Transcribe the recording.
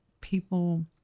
people